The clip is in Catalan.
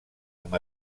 amb